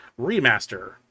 Remaster